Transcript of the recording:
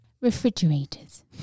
Refrigerators